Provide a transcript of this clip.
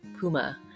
Puma